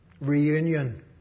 Reunion